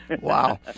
Wow